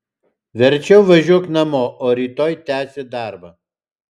verčiau važiuok namo o rytoj tęsi darbą